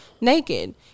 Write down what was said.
Naked